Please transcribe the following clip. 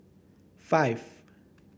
five